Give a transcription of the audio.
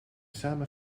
samen